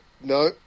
no